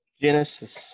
genesis